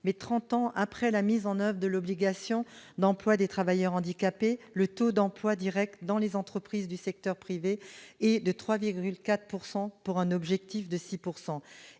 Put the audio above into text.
mais trente ans après la mise en oeuvre de l'obligation d'emploi des travailleurs handicapés, le taux d'emploi direct dans les entreprises du secteur privé est de 3,4 % pour un objectif de 6 %.